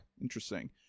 Interesting